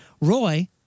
Roy